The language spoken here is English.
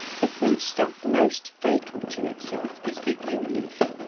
the foodstuff most fatal to itself is the yew leaf,